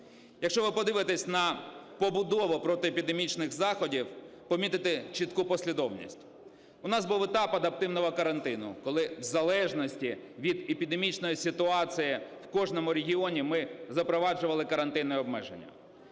Якщо ви подивитись на побудову протиепідемічних заходів, помітите чітку послідовність. У нас був етап адаптивного карантину, коли в залежності від епідемічної ситуації в кожному регіоні ми запроваджували карантинні обмеження.